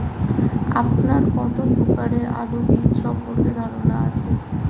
আপনার কত প্রকারের আলু বীজ সম্পর্কে ধারনা আছে?